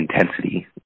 intensity